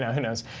yeah who knows,